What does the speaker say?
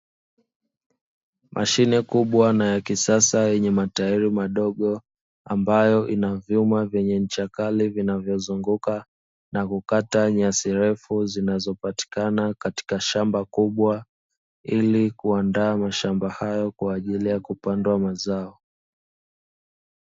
Mashine kubwa na ya kisasa yenye matairi madogo ambayo ina vyuma vyenye ncha kali, vinavyozunguka na kukata nyasi refu zinazopatikana katika shamba kubwa, ili kuandaa mashamba hayo kwa ajili ya kupandwa mazao.